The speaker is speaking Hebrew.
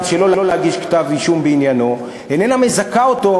שלא להגיש כתב-אישום בעניינו אינן מזכות אותו